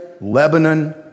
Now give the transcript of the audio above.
Lebanon